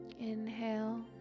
inhale